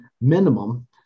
minimum